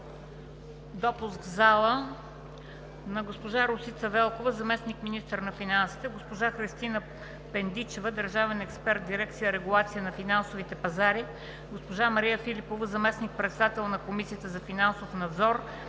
Допуск в залата на госпожа Росица Велкова – заместник-министър на финансите; госпожа Христина Пендичева – държавен експерт в дирекция „Регулация на финансовите пазари“; госпожа Мария Филипова – заместник-председател на Комисията за финансов надзор;